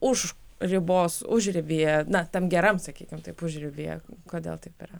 už ribos užribyje na tam geram sakykim taip užribyje kodėl taip yra